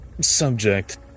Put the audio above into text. subject